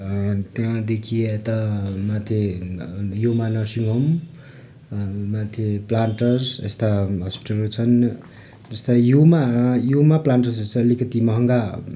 त्यहाँदेखि यता माथि यूमा नर्सिङ होम माथि प्लान्टर्स यस्ता हस्पिटलहरू छन् जस्तो युमा युमा प्लान्टर्सहरू चाहिँ अलिकति महँगो